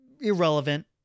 irrelevant